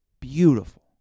Beautiful